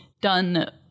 done